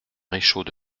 réchaud